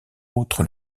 autres